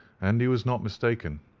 and he was not mistaken,